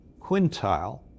quintile